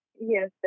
Yes